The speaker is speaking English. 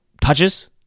touches